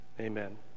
Amen